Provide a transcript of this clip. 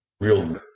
real